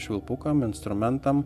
švilpukam instrumentam